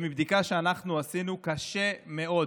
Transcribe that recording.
מבדיקה שאנחנו עשינו, קשה מאוד